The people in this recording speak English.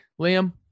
liam